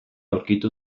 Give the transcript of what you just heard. aurkitu